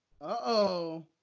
Uh-oh